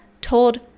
told